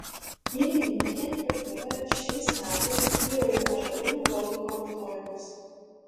įrenginėjant virtuvę šiais metais vyrauja ąžuolinių baldų panaudojimas